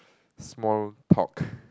small talk